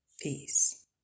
peace